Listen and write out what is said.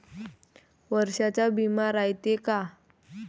वर्षाचा बिमा रायते का?